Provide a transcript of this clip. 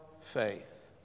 faith